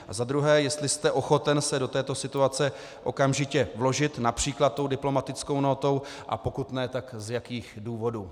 A za druhé, jestli jste ochoten se do této situace okamžitě vložit, například diplomatickou nótou, a pokud ne, tak z jakých důvodů.